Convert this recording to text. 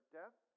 death